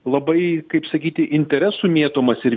labai kaip sakyti interesų mėtomas ir